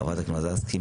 חברת הכנסת מזרסקי.